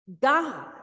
God